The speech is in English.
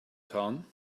town